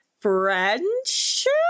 friendship